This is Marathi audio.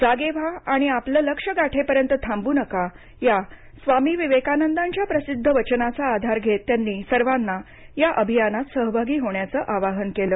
जागे व्हा आणि आपले लक्ष्य गाठेपर्यंत थांबू नका या स्वामी विवेकानंदांच्या प्रसिद्ध वचनाचा आधार घेत त्यांनी सर्वांना ह्या अभियानात सहभागी होण्याचं आवाहन केलं